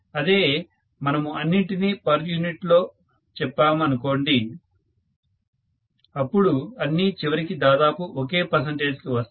అదే మనము అన్నింటినీ పర్ యూనిట్ లో చెప్పాము అనుకోండి అపుడు అన్నీ చివరికి దాదాపుగా ఒకే పర్సెంటేజ్ కి వస్తాయి